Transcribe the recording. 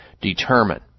determine